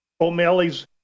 O'Malley's